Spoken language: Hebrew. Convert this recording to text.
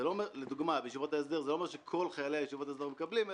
זה לא אומר שכל חיילי ישיבות ההסדר מקבלים.